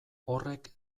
horrek